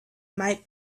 might